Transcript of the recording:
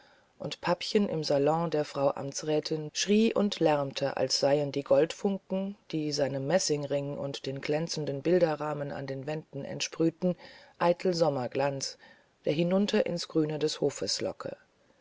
und papchen im salon der frau amtsrätin schrie und lärmte als seien die goldfunken die seinem messingring und den glänzenden bilderrahmen an den wänden entsprühten eitel sommerglanz der hinunter ins grüne des hofes locke